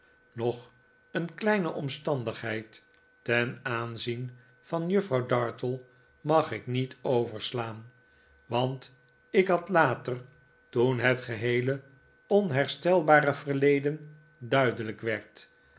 nog een kleine omstandigheid ten aanzien van juffrouw dartle mag ik niet overslaan want ik had later toen het geheele onherstelbare verleden duidelijk werd